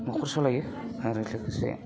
न'खर सालायो आरो लोगोसे